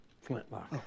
flintlock